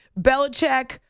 Belichick